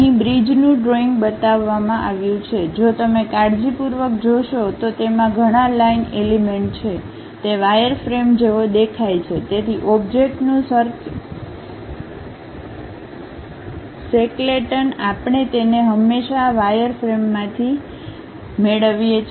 અહીં બ્રિજનું ડ્રોઈંગ બતાવવામાં આવ્યું છે જો તમે કાળજીપૂર્વક જોશો તો તેમાં ઘણા લાઇન એલિમેન્ટ છે તે વાયરફ્રેમ જેવો દેખાય છે